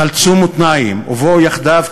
שנסו מותניים ובואו יחדיו,